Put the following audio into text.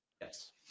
Yes